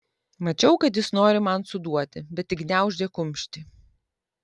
mačiau kad jis nori man suduoti bet tik gniaužė kumštį